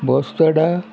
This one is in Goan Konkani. बोस्तोडा